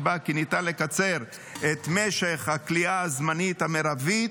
נקבע כי ניתן לקצר את משך הכליאה הזמנית המרבית,